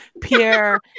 Pierre